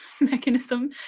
mechanism